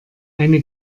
eine